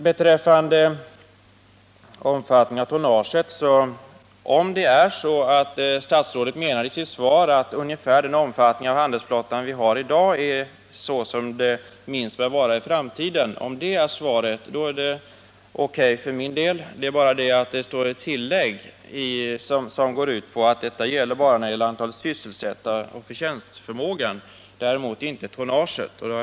Beträffande omfattningen av tonnaget vill jag säga att om det är så att statsrådet i sitt svar menar att ungefär den omfattning som handelsflottan har i dag är vad vi bör ha i framtiden, så är det O.K. för min del. Det är bara det att det finns ett tillägg som går ut på att detta bara gäller antalet sysselsatta och förtjänstförmågan, däremot inte tonnaget.